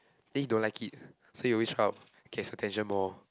then he don't like it so he always try out gets his attention more